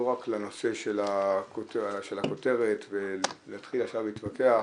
רק לנושא של הכותרת ולהתחיל עכשיו להתווכח